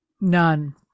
None